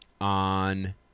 on